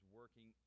working